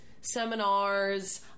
seminars